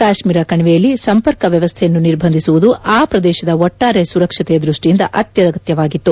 ಕಾತ್ನೀರ ಕಣಿವೆಯಲ್ಲಿ ಸಂಪರ್ಕ ವ್ಯವಸ್ಥೆಯನ್ನು ನಿರ್ಬಂಧಿಸುವುದು ಆ ಪ್ರದೇಶದ ಒಟ್ಲಾರೆ ಸುರಕ್ಷತೆಯ ದೃಷ್ಷಿಯಿಂದ ಅತ್ಯಗತ್ಯವಾಗಿತ್ತು